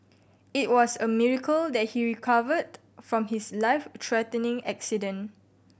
it was a miracle that he recovered from his life threatening accident